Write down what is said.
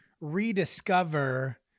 rediscover